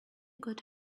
got